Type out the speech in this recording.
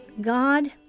God